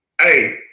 hey